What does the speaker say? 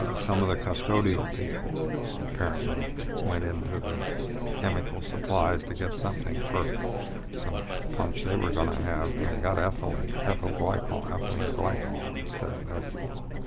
ah some of the custodial people apparently went in to the chemical supplies to get something for some punch they were going to have, and they got ethylene, ethyl glycol ethylene glycol instead of ethanol.